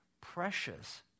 precious